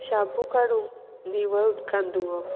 शाबू काडून निवळ उदकान धुवप